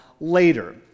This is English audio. later